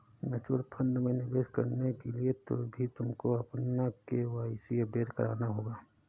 mutual fund में निवेश करने के लिए भी तुमको अपना के.वाई.सी अपडेट कराना होगा